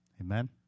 Amen